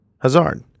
Hazard